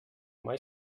mai